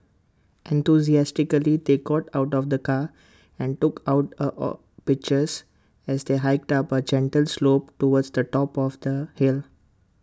enthusiastically they got out of the car and took A out of pictures as they hiked up A gentle slope towards the top of the hill